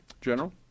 General